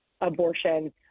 abortion